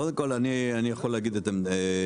קודם כל אני יכול להגיד את עמדתי,